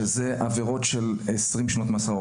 מרמה והונאה, שהן עבירות של עשרים שנות מאסר.